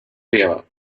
leva